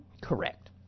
correct